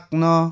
no